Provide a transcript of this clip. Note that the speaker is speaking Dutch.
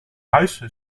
huis